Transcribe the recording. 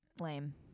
Lame